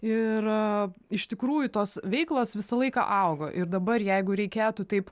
ir iš tikrųjų tos veiklos visą laiką augo ir dabar jeigu reikėtų taip